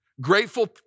Grateful